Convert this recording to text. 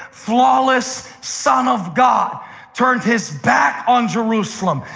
flawless son of god turned his back on jerusalem,